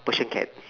persian cats